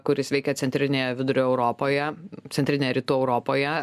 kuris veikia centrinėje vidurio europoje centrinėje rytų europoje